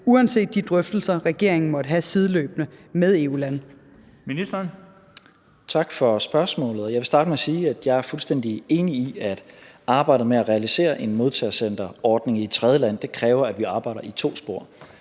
17:22 Udlændinge- og integrationsministeren (Mattias Tesfaye): Tak for spørgsmålet. Jeg vil starte med at sige, at jeg er fuldstændig enig i, at arbejdet med at realisere en modtagecenterordning i et tredjeland kræver, at vi arbejder i to spor.